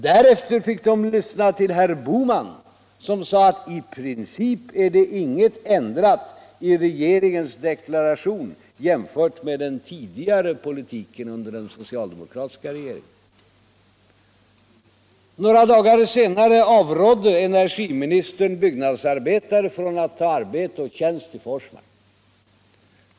Därefter fick de tyssna till herr Bohman som sade att i princip är det inget ändrat i regeringens deklaration jämfört med den twidigare politiken under den socialdemokratiska regeringen. Några dagar senare avrådde energiministern byggnadsarbetare tfrån att ta tjänst i Forsmark.